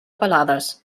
pelades